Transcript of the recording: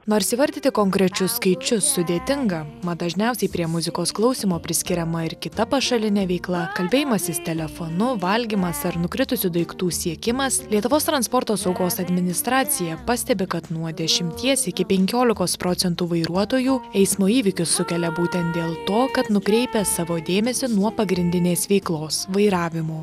nors įvardyti konkrečius skaičius sudėtinga mat dažniausiai prie muzikos klausymo priskiriama ir kita pašalinė veikla kalbėjimasis telefonu valgymas ar nukritusių daiktų siekimas lietuvos transporto saugos administracija pastebi kad nuo dešimties iki penkiolikos procentų vairuotojų eismo įvykių sukelia būtent dėl to kad nukreipia savo dėmesį nuo pagrindinės veiklos vairavimo